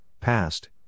past